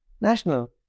National